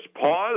pause